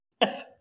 Yes